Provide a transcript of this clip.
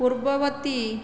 ପୂର୍ବବର୍ତ୍ତୀ